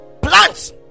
plants